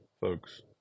folks